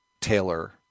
Taylor